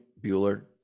Bueller